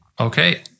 Okay